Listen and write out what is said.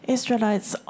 Israelites